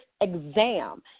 exam